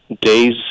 days